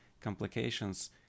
complications